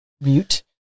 mute